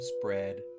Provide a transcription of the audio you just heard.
spread